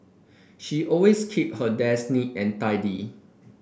she always keep her desk neat and tidy